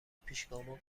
پیشگامان